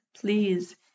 Please